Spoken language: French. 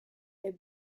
est